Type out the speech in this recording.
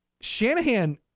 Shanahan